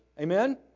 Amen